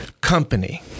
company